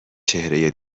چهره